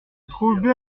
trouvé